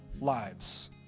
lives